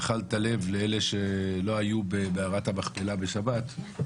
לאלה שלא היו במערת המכפלה בשבת,